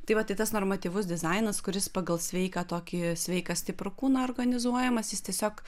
tai va tai tas normatyvus dizainas kuris pagal sveiką tokį sveiką stiprų kūną organizuojamas jis tiesiog